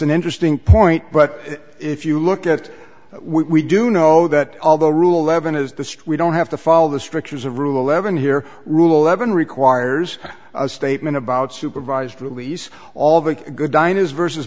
an interesting point but if you look at it we do know that although rule eleven is the street don't have to follow the strictures of rule eleven here rule eleven requires a statement about supervised release all the good diners versus